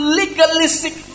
legalistic